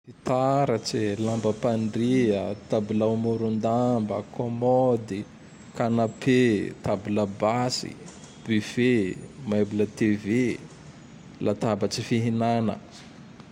Fitaratse, lamba-pandria, tabilao moron-damba, kômôdy, Kanapé, tabla basy, bifé, mebla tv, latabatse fihinana.